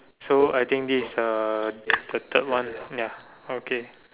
so I think this is the the third one ya okay